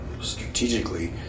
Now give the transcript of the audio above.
strategically